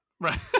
right